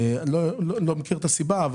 אני לא מכיר את הסיבה.